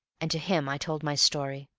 and to him i told my story,